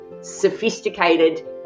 sophisticated